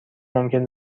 ممکن